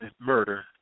murder